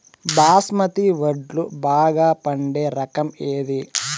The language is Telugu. బాస్మతి వడ్లు బాగా పండే రకం ఏది